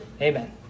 Amen